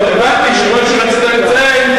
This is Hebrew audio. הבנתי שמה שרצית לציין,